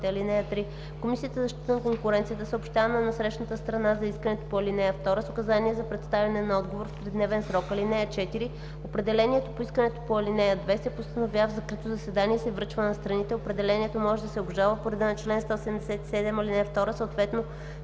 (3) Комисията за защита на конкуренцията съобщава на насрещната страна за искането по ал. 2 с указание за представяне на отговор в тридневен срок. (4) Определението по искането по ал. 2 се постановява в закрито заседание и се връчва на страните. Определението може да се обжалва по реда на чл. 177, ал. 2, съответно